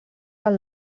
del